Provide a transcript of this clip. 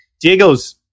Diego's